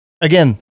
again